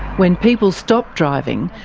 when people stop driving,